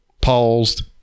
paused